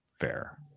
fair